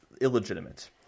illegitimate